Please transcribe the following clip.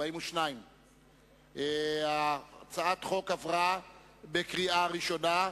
42. הצעת החוק עברה בקריאה ראשונה,